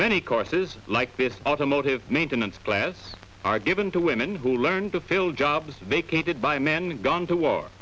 many courses like this automotive maintenance classes are given to women who learn to fill jobs vacated by men gone to war